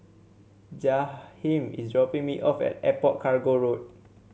Jaheem is dropping me off at Airport Cargo Road